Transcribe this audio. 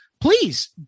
please